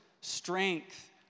strength